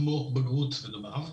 כמו בגרות לדוגמה.